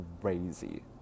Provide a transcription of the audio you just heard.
crazy